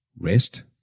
REST